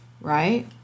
right